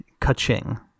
ka-ching